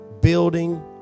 building